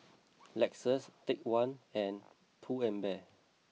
Lexus Take One and Pull and Bear